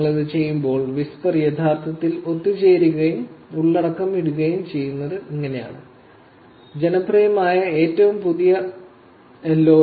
നിങ്ങൾ അത് ചെയ്യുമ്പോൾ വിസ്പർ യഥാർത്ഥത്തിൽ ഒത്തുചേരുകയും ഉള്ളടക്കം ഇടുകയും ചെയ്യുന്നത് ഇങ്ങനെയാണ് ജനപ്രിയമായ ഏറ്റവും പുതിയ എൽ